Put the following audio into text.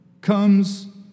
Comes